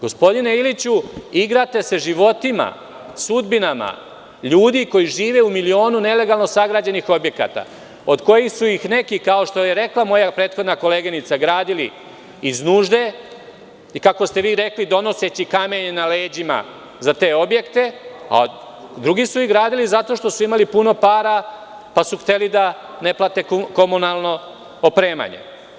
Gospodine Iliću, igrate se životima, sudbinama ljudi koji žive milionima nelegalno sagrađenih objekata, od koji su neki, kao što je rekla moja koleginica, građeni iz nužde, i kako ste vi rekli, donoseći kamenje na leđima za te objekte, a drugi su ih gradili zato što su imali puno para pa su hteli da ne plate komunalno opremanje.